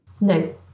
No